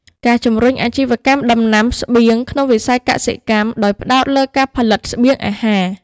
ការជំរុញអាជីវកម្មដំណាំស្បៀងក្នុងវិស័យកសិកម្ម ដោយផ្តោតលើការផលិតស្បៀងអាហារ។